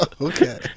Okay